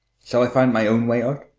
shall i find my own way out?